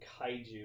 kaiju